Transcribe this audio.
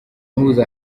ihuza